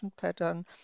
pattern